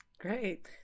Great